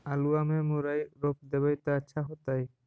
आलुआ में मुरई रोप देबई त अच्छा होतई?